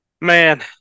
man